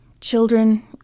Children